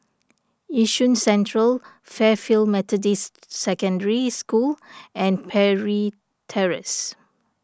Yishun Central Fairfield Methodist Secondary School and Parry Terrace